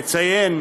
נציין